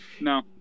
No